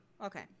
Okay